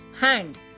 Hand